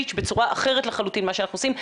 בצורה אחרת לחלוטין ממה שאנחנו עושים.